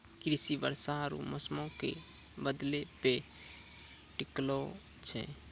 कृषि वर्षा आरु मौसमो के बदलै पे टिकलो छै